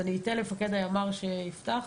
אני אתן למפקד הימ"ר לפתוח.